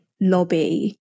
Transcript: lobby